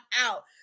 out